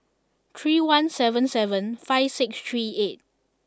three one seven seven five six three eight